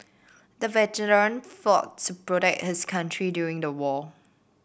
the veteran fought to protect his country during the war